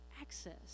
access